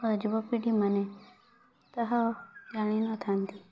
ଯୁବପିଢ଼ି ମାନେ ତାହା ଜାଣିନଥାନ୍ତି